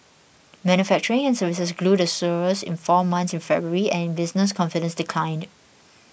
manufacturing and services grew the slowest in four months in February and business confidence declined